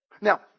Now